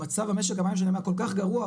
המצב במשק המים שלהם היה כל כך גרוע,